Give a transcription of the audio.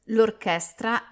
L'orchestra